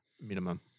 minimum